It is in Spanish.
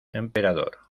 emperador